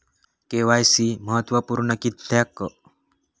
KYC महत्त्वपुर्ण किद्याक?